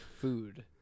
food